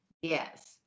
Yes